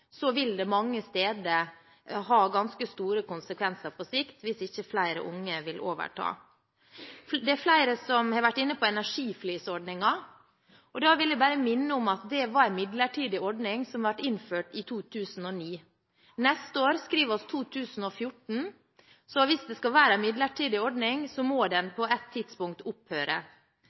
vil det mange steder ha ganske store konsekvenser på sikt hvis ikke flere unge vil overta. Det er flere som har vært inne på energiflisordningen. Da vil jeg bare minne om at det er en midlertidig ordning som ble innført i 2009. Neste år skriver vi 2014. Hvis det skal være en midlertidig ordning, må den på ett tidspunkt opphøre.